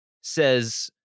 says